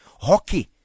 hockey